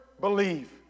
believe